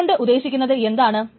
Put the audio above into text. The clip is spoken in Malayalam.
അതുകൊണ്ട് ഉദ്ദേശിക്കുന്നത് എന്താണ്